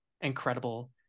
incredible